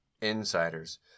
Insiders